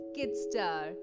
Kidstar